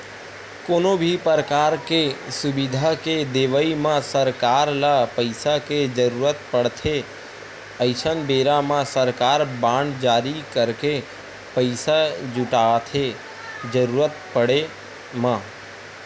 कोनो भी परकार के सुबिधा के देवई म सरकार ल पइसा के जरुरत पड़थे अइसन बेरा म सरकार बांड जारी करके पइसा जुटाथे जरुरत पड़े म